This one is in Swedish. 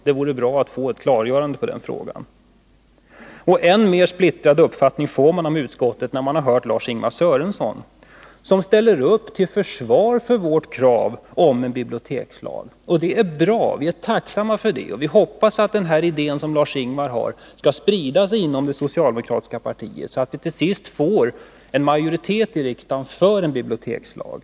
Det vore bra att få ett klargörande svar på de frågorna. Och ännu mer splittrad uppfattning om utskottet får man då man har hört Lars-Ingvar Sörenson, som ställer upp till försvar för vårt krav på en bibliotekslag. Det är bra. Vi är tacksamma för det, och vi hoppas att den idé som han har skall sprida sig inom det socialdemokratiska partiet, så att vi till sist får en majoritet i riksdagen för en bibliotekslag.